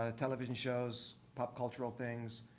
ah television shows, pop cultural things.